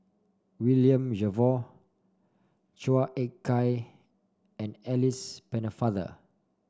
William Jervois Chua Ek Kay and Alice Pennefather